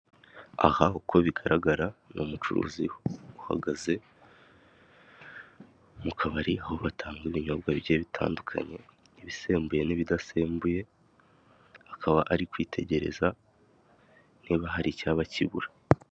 Aha uko bigaragara ni umucuruzi uhagaze mu kabari aho batanga ibinyobwa bitandukanye ibisembuye n'ibidasembuye, akaba ari kwitegereza niba hari icyaba kibura.